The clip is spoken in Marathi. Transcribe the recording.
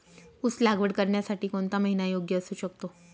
ऊस लागवड करण्यासाठी कोणता महिना योग्य असू शकतो?